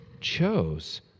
chose